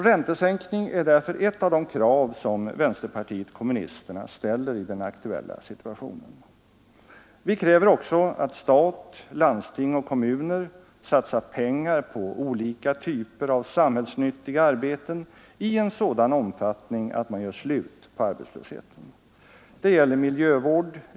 Räntesänkning är därför ett av de krav som vänsterpartiet kommunisterna ställer i den aktuella situationen. Vi kräver också att stat, landsting och kommuner satsar pengar på olika typer av samhällsnyttiga arbeten i en sådan omfattning att man gör slut på arbetslösheten. Det gäller mi rd.